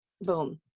boom